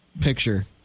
picture